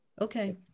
Okay